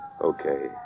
Okay